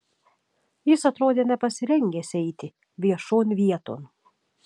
jis atrodė nepasirengęs eiti viešon vieton